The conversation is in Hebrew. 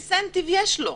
איזה אינסנטיב יש לו?